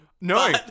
No